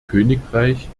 königreich